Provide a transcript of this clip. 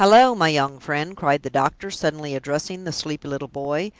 hallo, my young friend! cried the doctor, suddenly addressing the sleepy little boy.